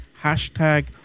Hashtag